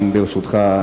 ברשותך.